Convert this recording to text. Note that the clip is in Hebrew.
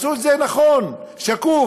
תעשו את זה נכון, שקוף.